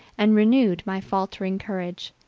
and renewed my faltering courage,